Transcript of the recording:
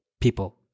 people